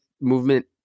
movement